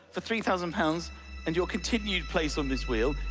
for three thousand pounds and your continued place on this wheel,